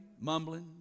mumbling